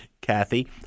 Kathy